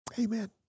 Amen